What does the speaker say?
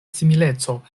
simileco